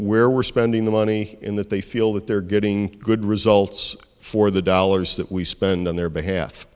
where we're spending the money in that they feel that they're getting good results for the dollars that we spend on their behalf